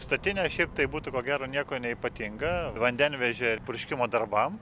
statinė šiaip tai būtų ko gero niekuo neypatinga vandenvežė ir purškimo darbam